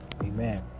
Amen